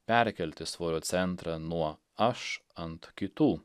perkelti svorio centrą nuo aš ant kitų